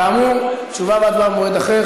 כאמור, תשובה והצבעה במועד אחר.